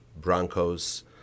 Broncos